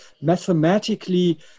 mathematically